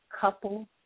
couple